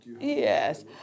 Yes